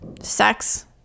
sex